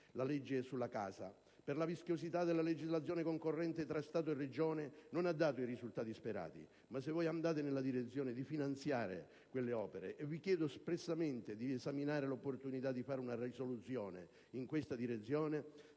La legge sulla casa, per la vischiosità della legislazione concorrente tra Stato e Regioni, non ha dato i risultati sperati, ma se il Governo si muoverà nella direzione di finanziare quelle opere, le chiedo espressamente di esaminare l'opportunità di adottare una risoluzione che vada in questa direzione.